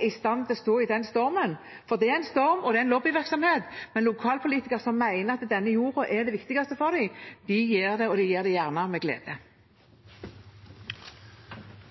i stand til å stå i den stormen, for det er en storm, og det er lobbyvirksomhet. Men lokalpolitikere som mener at denne jorda er det viktigste for dem, de gjør det, de gjør det gjerne og med glede.